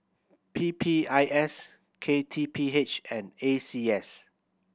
P P I S K T P H and A C S